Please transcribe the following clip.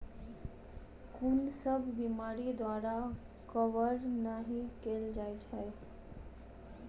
कुन सब बीमारि द्वारा कवर नहि केल जाय है?